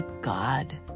god